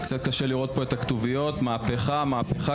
קצת קשה לראות פה את הכתוביות: "מהפכה, מהפכה".